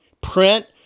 print